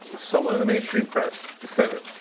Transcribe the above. someone in the mainstream press said it.